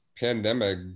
Pandemic